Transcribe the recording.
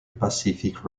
pacific